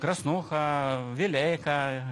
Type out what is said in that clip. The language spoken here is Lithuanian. krasnūcha vileika